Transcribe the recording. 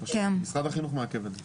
משרד החינוך מעכב את זה.